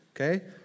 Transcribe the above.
Okay